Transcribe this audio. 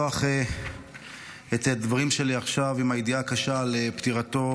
סדר-היום: ציון יום יהודי תימן ותלאותיהם במסע עלייתם לארץ ישראל.